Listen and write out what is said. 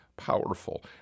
Powerful